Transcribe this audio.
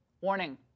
Warning